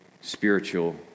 spiritual